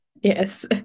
Yes